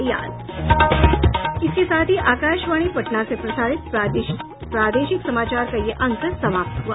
इसके साथ ही आकाशवाणी पटना से प्रसारित प्रादेशिक समाचार का ये अंक समाप्त हुआ